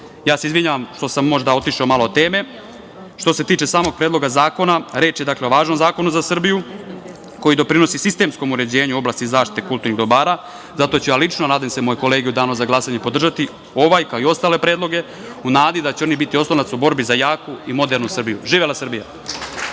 Izvinjavam se što sam možda otišao malo od teme. Što se tiče samog Predloga zakona, reč je o važnom zakonu za Srbiju koji doprinosi sistemskom uređenju u oblasti zaštite kulturnih dobara. Zato ću ja lično, a nadam se i moje kolege u danu za glasanje podržati ovaj, kao i ostale predloge u nadi da će oni biti oslonac u borbi za jaku i modernu Srbiju. Živela Srbija.